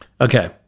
Okay